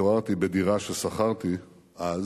התעוררתי בדירה ששכרתי אז